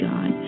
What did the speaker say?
God